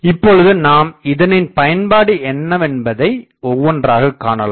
இப்பொழுது நாம் இதனின் பயன்பாடு என்னவென்பதை ஒவ்வொன்றாகக் காணலாம்